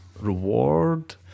reward